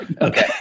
okay